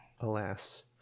alas